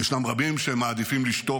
ישנם רבים שמעדיפים לשתוק,